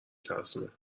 ترسونه